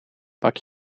pak